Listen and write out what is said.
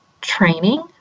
training